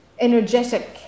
energetic